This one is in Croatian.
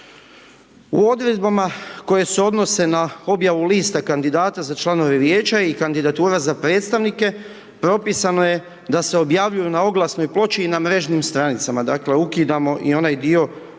U odredbama koje se odnose na objavu lista kandidata za članove vijeća i kandidatura za predstavnike, propisano je da se objavljuju na oglasnoj ploči i na mrežnim stranicama, dakle, ukidamo i onaj dio u javnim